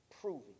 proving